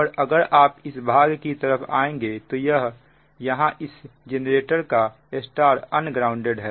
और अगर आप इस भाग की तरफ आएंगे तो यहां इस जेनरेटर का Y अन ग्राउंडेड है